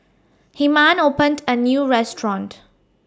Hyman opened A New Restaurant